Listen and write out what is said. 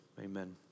Amen